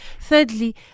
thirdly